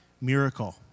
miracle